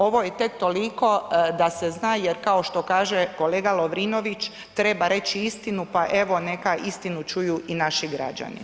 Ovo je tek toliko da se zna jer kao što kaže kolega Lovrinović treba reći istinu, pa evo neka istinu čuju i naši građani.